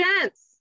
gents